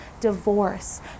divorce